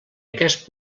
aquest